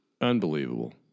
Unbelievable